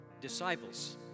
disciples